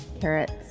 carrots